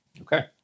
Okay